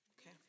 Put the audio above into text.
okay